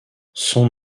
son